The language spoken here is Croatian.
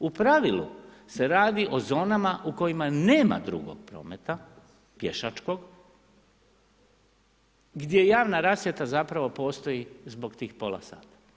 U pravilu se radi o zonama u kojima nema drugog prometa, pješačkog, gdje javna rasvjeta zapravo postoji zbog tih pola sata.